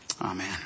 Amen